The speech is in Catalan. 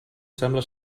sembla